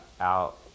out